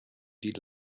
die